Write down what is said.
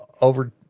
over